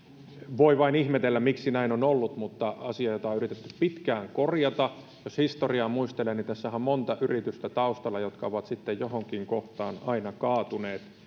voi vain ihmetellä miksi näin on ollut mutta tämä on asia jota on yritetty pitkään korjata jos historiaa muistelen niin tässähän on monta yritystä taustalla jotka ovat sitten johonkin kohtaan aina kaatuneet